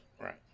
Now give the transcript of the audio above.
Right